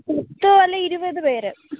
പത്ത് അല്ലേൽ ഇരുപത് പേർ